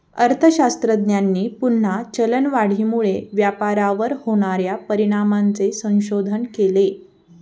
अर्थशास्त्रज्ञांनी पुन्हा चलनवाढीमुळे व्यापारावर होणार्या परिणामांचे संशोधन केले